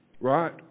Right